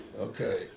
Okay